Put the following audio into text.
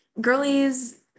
girlies